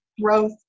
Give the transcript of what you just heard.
growth